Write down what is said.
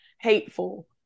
hateful